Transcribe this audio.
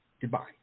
goodbye